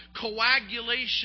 coagulation